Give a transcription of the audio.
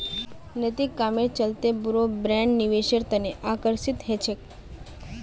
नैतिक कामेर चलते बोरो ब्रैंड निवेशेर तने आकर्षित ह छेक